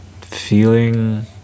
feeling